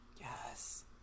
yes